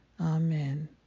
Amen